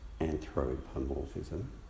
anthropomorphism